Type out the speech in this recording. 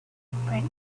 interpreted